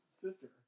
sister